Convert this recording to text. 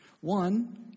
One